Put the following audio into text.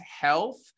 Health